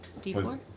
D4